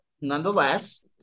nonetheless